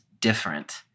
different